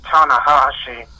Tanahashi